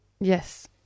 Yes